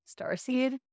Starseed